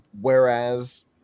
Whereas